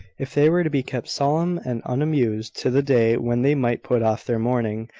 if they were to be kept solemn and unamused to the day when they might put off their mourning.